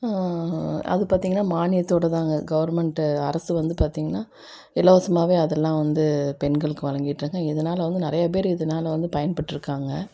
அது பார்த்தீங்கன்னா மானியத்ததோடுதாங்க கவெர்மென்ட்டு அரசு வந்து பார்த்தீங்கன்னா இலவசமாகவே அதெல்லாம் வந்து பெண்களுக்கு வழங்கிட்ருக்காங்க இதனால் வந்து நிறைய பேர் இதனால் வந்து பயன் பெற்றிருக்காங்க